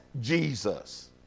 Jesus